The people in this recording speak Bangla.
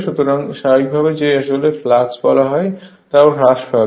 সুতরাং স্বাভাবিকভাবেই যে আসলে যে ফ্লাক্স বলা হয় তাও হ্রাস পাবে